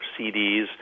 CDs